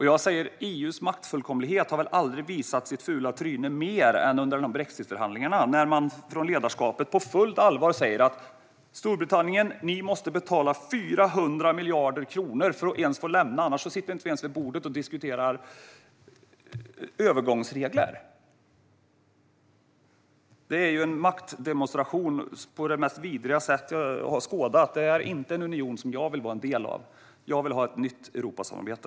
Jag säger att EU:s maktfullkomlighet väl aldrig har visat sitt fula tryne mer än under brexitförhandlingarna, där ledarskapet på fullt allvar säger att Storbritannien måste betala 400 miljarder kronor för att ens få lämna EU. Annars sitter man inte ens vid bordet och diskuterar övergångsregler. Det är en maktdemonstration av det mest vidriga slag jag har skådat. Det är inte en union jag vill vara en del av. Jag vill ha ett nytt Europasamarbete.